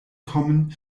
kommen